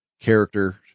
character